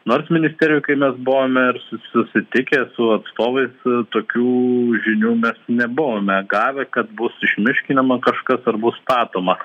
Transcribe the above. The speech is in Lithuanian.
nors ministerijoj kai mes buvome susitikę su atstovais tokių žinių mes nebuvome gavę kad bus išmiškinama kas nors ar bus statoma